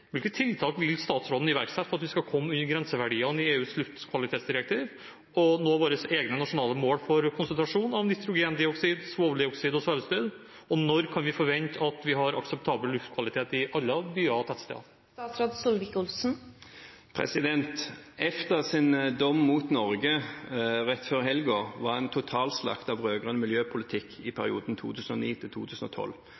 Hvilke tiltak vil statsråden iverksette for at vi skal komme under grenseverdiene i EUs luftkvalitetsdirektiv og nå våre egne nasjonale mål for konsentrasjon av nitrogendioksid, svoveldioksid og svevestøv, og når kan vi forvente at vi har akseptabel luftkvalitet i alle byer og tettsteder? EFTAs dom mot Norge rett før helgen var en total slakt av rød-grønn miljøpolitikk i perioden